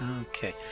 Okay